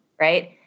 right